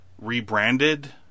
rebranded